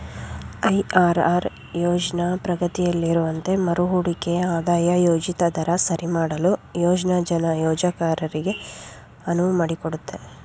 IRR ಯೋಜ್ನ ಪ್ರಗತಿಯಲ್ಲಿರುವಂತೆ ಮರುಹೂಡಿಕೆ ಆದಾಯ ಯೋಜಿತ ದರ ಸರಿಮಾಡಲು ಯೋಜ್ನ ಯೋಜಕರಿಗೆ ಅನುವು ಮಾಡಿಕೊಡುತ್ತೆ